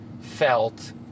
Felt